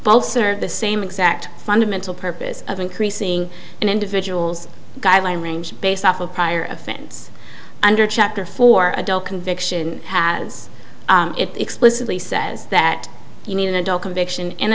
ulcer the same exact fundamental purpose of increasing an individual's guideline range based off of prior offense under chapter four adult conviction has it explicitly says that you need an adult conviction in